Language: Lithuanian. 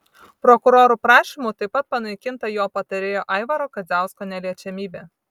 prokurorų prašymu taip pat panaikinta jo patarėjo aivaro kadziausko neliečiamybė